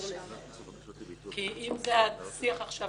חשוד ----- מי זה הבחור שאומר --- כי אם זה השיח עכשיו